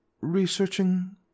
researching